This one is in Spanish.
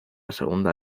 segunda